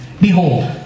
Behold